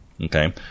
Okay